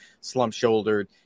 slump-shouldered